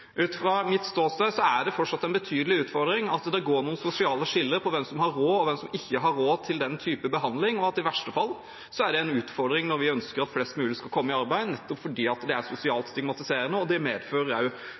Ut fra mitt ståsted er det fortsatt en betydelig utfordring at det går noen sosiale skiller mellom hvem som har råd, og hvem som ikke har råd til den typen behandling, og at det i verste fall er en utfordring når vi ønsker at flest mulig skal komme i arbeid, nettopp fordi det er